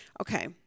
Okay